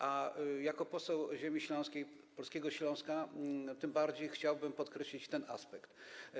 A jako poseł ziemi śląskiej, polskiego Śląska, tym bardziej chciałbym podkreślić ten aspekt.